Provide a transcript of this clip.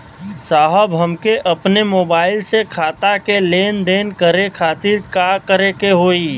साहब हमके अपने मोबाइल से खाता के लेनदेन करे खातिर का करे के होई?